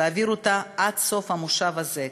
להעביר אותה עד סוף המושב הזה,